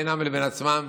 בינם לבין עצמם,